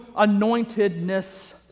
anointedness